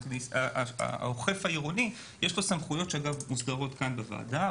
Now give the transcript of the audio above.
לאוכף העירוני יש סמכויות שמוסדרות כאן בוועדה,